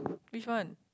which one